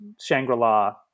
Shangri-La